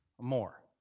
more